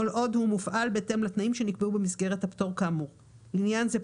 כל עוד הוא מופעל בהתאם לתנאים שנקבעו במסגרת הפטור כאמור; לעניין זה,